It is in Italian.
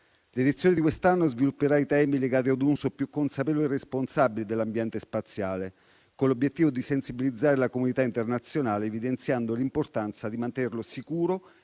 L'edizione di quest'anno svilupperà i temi legati a un uso più consapevole e responsabile dell'ambiente spaziale, con l'obiettivo di sensibilizzare la comunità internazionale, evidenziando l'importanza di mantenerlo sicuro